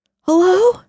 Hello